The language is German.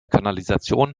kanalisation